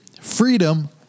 freedom